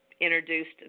introduced